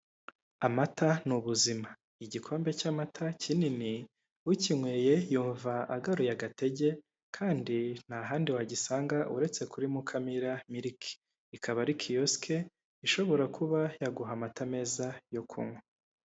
Amata ni ubuzima. Igikombe cy'amata kinini ukinyweye wumva agaruye agatege kandi nta handi wagisanga uretse kuri mukamira milike, ikaba ariko kiyosike ishobora kuba yaguha amata meza yo kunywa.